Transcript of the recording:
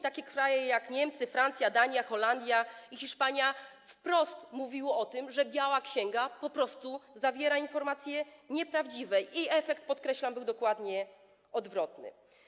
Takie kraje jak Niemcy, Francja, Dania, Holandia i Hiszpania wprost mówiły o tym, że biała księga po prostu zawiera informacje nieprawdziwe, i efekt, podkreślam, był dokładnie odwrotny.